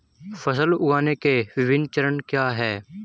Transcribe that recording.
फसल उगाने के विभिन्न चरण क्या हैं?